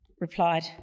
replied